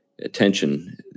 Attention